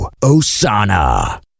Osana